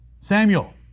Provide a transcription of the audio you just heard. Samuel